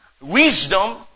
wisdom